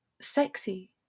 sexy